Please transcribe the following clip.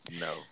No